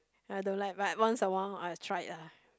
I don't like but once a while I'll try it ah